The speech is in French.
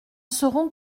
serons